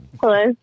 Hello